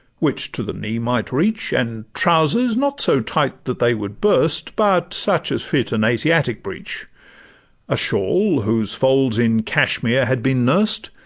which to the knee might reach, and trousers not so tight that they would burst, but such as fit an asiatic breech a shawl, whose folds in cashmire had been nurst,